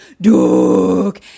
Duke